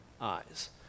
eyes